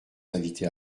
invités